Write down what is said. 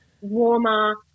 warmer